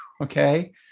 Okay